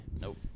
Nope